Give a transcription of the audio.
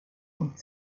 und